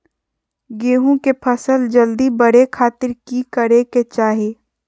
गेहूं के फसल जल्दी बड़े खातिर की करे के चाही?